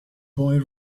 boy